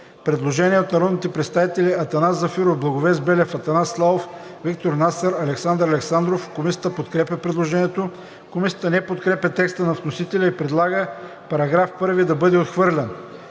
предложение от народните представители Атанас Зафиров, Благовест Белев, Атанас Славов, Виктор Насър, Александър Александров. Комисията подкрепя предложението. Комисията не подкрепя текста на вносителя и предлага § 1 да бъде отхвърлен.